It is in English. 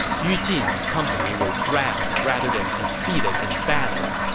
yu jin and company were drowned rather than defeated in battle.